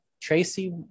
Tracy